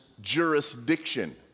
jurisdiction